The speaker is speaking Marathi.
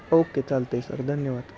ओके चालतं आहे सर धन्यवाद